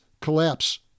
collapse